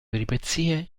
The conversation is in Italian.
peripezie